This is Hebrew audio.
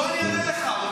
בוא, אני אראה לך.